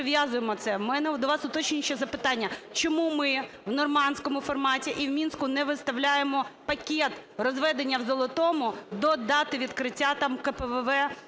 У мене до вас уточнююче запитання: чому ми в "нормандському форматі" і в Мінську не виставляємо пакет розведення в Золотому до дати відкриття там КПВВ